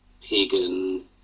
pagan